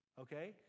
okay